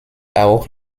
auch